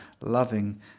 loving